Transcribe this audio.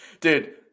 dude